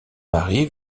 mari